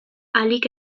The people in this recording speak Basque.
ahalik